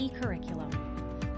curriculum